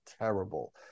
terrible